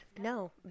no